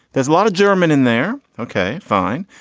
there's a lot of german in there. ok, fine.